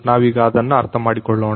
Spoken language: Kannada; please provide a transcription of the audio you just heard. ನಾವೀಗ ಅದನ್ನ ಅರ್ಥ ಮಾಡಿಕೊಳ್ಳೋಣ